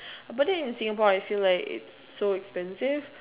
but then in Singapore I feel like it's so expensive